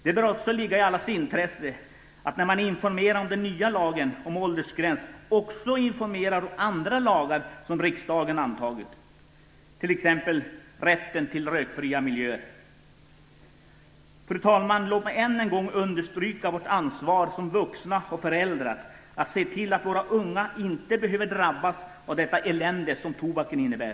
Det bör också ligga i allas intresse att när man informerar om den nya lagen om åldersgräns också informerar om andra lagar som riksdagen antagit, t.ex. Fru talman! Låt mig än en gång understryka vårt ansvar som vuxna och föräldrar att se till att våra unga inte behöver drabbas av det elände som tobaken innebär.